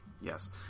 Yes